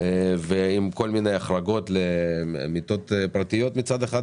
ועם כל מיני החרגות למיטות פרטיות מצד אחד,